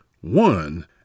one